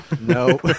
No